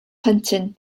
plentyn